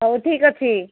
ହଉ ଠିକ୍ ଅଛି